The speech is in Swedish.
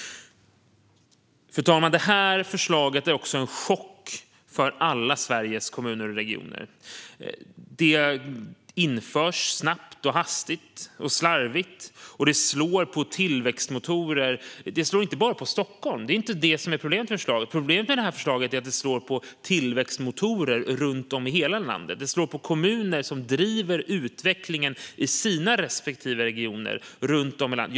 Fru talman! Det här förslaget är också en chock för alla Sveriges kommuner och regioner. Det införs snabbt, hastigt och slarvigt, och det slår mot tillväxtmotorer. Det slår inte bara mot Stockholm; det är inte det som är problemet. Problemet med det här förslaget är att det slår mot tillväxtmotorer runt om i hela landet. Det slår mot kommuner som driver utvecklingen i sina respektive regioner runt om i landet.